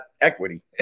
equity